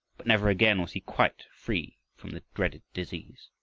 but never again was he quite free from the dreaded disease,